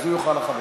אז הוא יוכל אחריך.